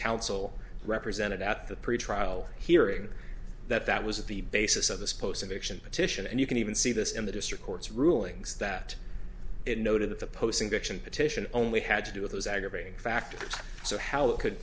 counsel represented at the pretrial hearing that that was the basis of this post election petition and you can even see this in the district court's rulings that it noted that the posting the action petition only had to do with those aggravating factors so how it could